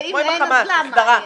ואם אין, אז למה אין?